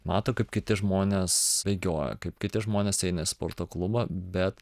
mato kaip kiti žmonės bėgioja kaip kiti žmonės eina į sporto klubą bet